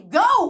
go